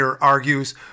argues